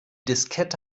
diskette